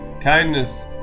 kindness